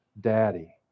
daddy